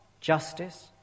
justice